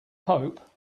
pope